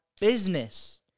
business